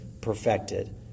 perfected